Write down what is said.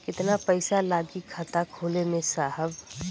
कितना पइसा लागि खाता खोले में साहब?